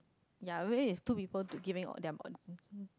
ya where is two people to giving on their on